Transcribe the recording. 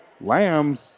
Lamb